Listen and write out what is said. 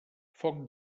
foc